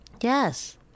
Yes